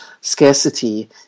scarcity